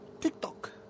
TikTok